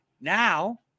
Now